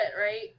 right